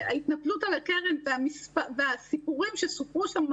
וההתנפלות על הקרן והסיפורים שסופרו שם,